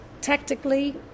Tactically